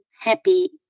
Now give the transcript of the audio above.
happy